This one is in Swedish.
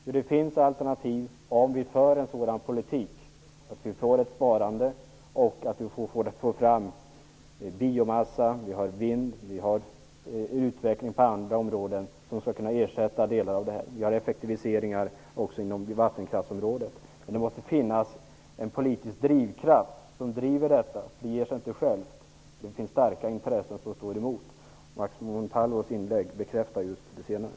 Ja, det finns alternativ, om vi för en sådan politik att vi får ett sparande och utnyttjar biomassa, vind och annat som kan ersätta kärnkraften. Vi kan också göra effektiviseringar på vattenkraftsområdet. Men det måste finnas en politisk drivkraft. Det ger sig inte självt. Starka intressen står emot. Max Montalvos inlägg bekräftar det senare.